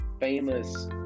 famous